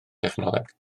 technoleg